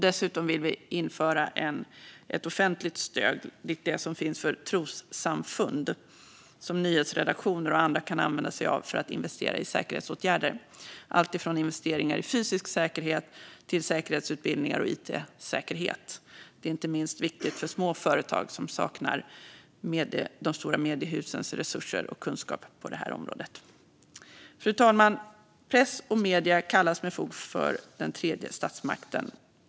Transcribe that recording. Dessutom vill vi införa ett offentligt stöd, likt det som finns för trossamfund, som nyhetsredaktioner och andra kan använda sig av för att investera i säkerhetsåtgärder, alltifrån investeringar i fysisk säkerhet till säkerhetsutbildningar och it-säkerhet. Det är inte minst viktigt för små företag som saknar de stora mediehusens resurser och kunskap på området. Fru talman! Pressen och medierna kallas med fog för den tredje statsmakten.